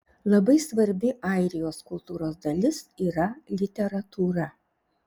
labai svarbi airijos kultūros dalis yra literatūra